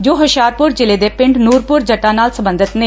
ਜੋ ਹੁਸ਼ਿਆਰਪੁਰ ਜ਼ਿਲੇ ਦੇ ਪਿੰਡ ਨੁਰਪੁਰ ਜੱਟਾ ਨਾਲ ਸਬੰਧਤ ਨੇ